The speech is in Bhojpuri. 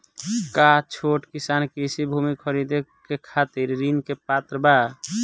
का छोट किसान कृषि भूमि खरीदे के खातिर ऋण के पात्र बा?